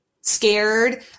scared